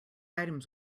items